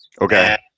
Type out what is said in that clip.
okay